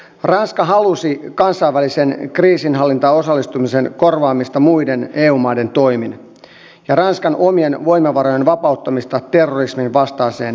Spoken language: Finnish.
ranska halusi kansainväliseen kriisinhallintaan osallistumisen korvaamista muiden eu maiden toimin ja ranskan omien voimavarojen vapauttamista terrorisminvastaiseen toimintaan